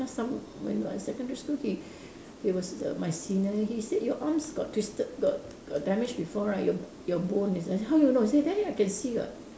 last time when my secondary school he he was the my senior he said your arms got twisted got got damage before right your your bone is it how you know he say there I can see [what]